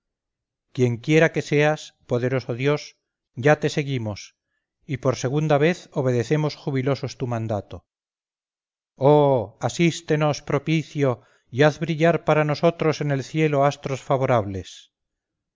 cables quienquiera que seas poderoso dios ya te seguimos y por segunda vez obedecemos jubilosos tu mandato oh asístenos propicio y haz brillar para nosotros en el cielo astros favorables